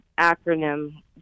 acronym